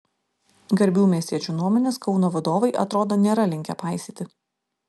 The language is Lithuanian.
garbių miestiečių nuomonės kauno vadovai atrodo nėra linkę paisyti